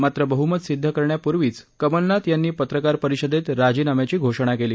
मात्र बहुमत सिद्ध करण्यापूर्वीच कमलनाथ यांनी पत्रकार परिषदेत राजीनाम्याची घोषणा केली